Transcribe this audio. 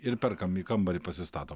ir perkam į kambarį pasistatom